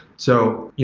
so,